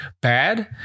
bad